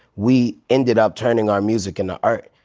we ended up turning our music into art.